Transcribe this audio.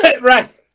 Right